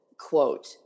quote